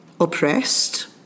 oppressed